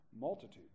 multitude